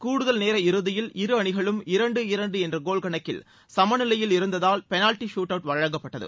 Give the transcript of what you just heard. கூடுதல் நேர இறதியில் இரு அணிகளும் இரண்டு இரண்டு என்ற கோல் கணக்கில் சம நிலையில் இருந்ததால் பெனல்ட்டி சூட் அவுட் வழங்கப்பட்டது